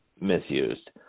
misused